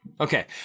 Okay